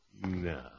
No